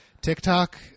TikTok